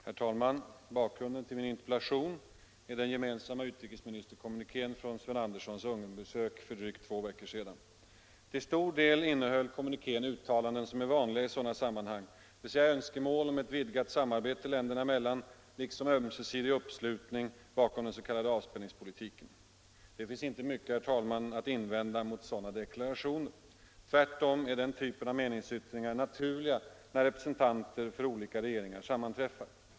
Herr talman! Bakgrunden till min interpellation är den gemensamma utrikesministerkommunikén från Sven Anderssons Ungernbesök för drygt två veckor sedan. Till stor del innehöll kommunikén uttalanden som är vanliga i sådana här sammanhang, dvs. önskemål om ett vidgat samarbete länderna emellan liksom ömsesidig uppslutning bakom den s.k. avspänningspolitiken. Det finns inte mycket att invända mot sådana deklarationer. Tvärtom är den typen av meningsyttringar naturliga när representanter för olika regeringar sammanträffar.